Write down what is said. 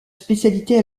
spécialité